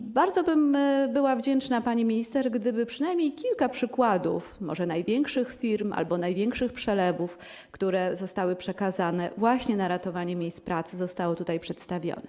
I bardzo bym była wdzięczna, pani minister, gdyby przynajmniej kilka przykładów, może największych firm albo największych przelewów, które zostały przekazane właśnie na ratowanie miejsc pracy, zostało tutaj przedstawionych.